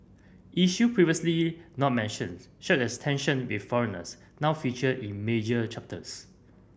issue previously not mentions such as tension with foreigners now feature in major chapters